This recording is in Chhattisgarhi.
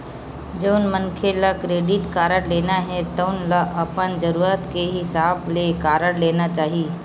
जउन मनखे ल क्रेडिट कारड लेना हे तउन ल अपन जरूरत के हिसाब ले कारड लेना चाही